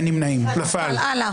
נפל.